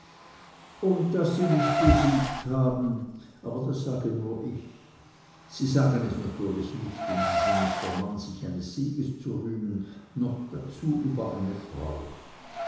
und daß sie mich besiegt haben aber das sage nur ich sie sagen es natürlich nicht denn sie sind nicht der mann sich eines sieges zu rühmen noch dazu über eine frau